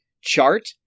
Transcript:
chart